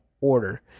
order